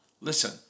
listen